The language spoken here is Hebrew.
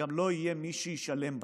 וגם לא יהיה מי שישלם בסוף,